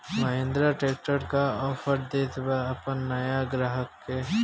Mahindra tractor का offer देत बा अपना नया ग्राहक के?